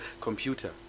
computer